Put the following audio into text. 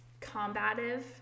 combative